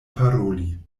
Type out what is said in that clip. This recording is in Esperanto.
paroli